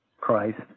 Christ